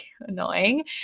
annoying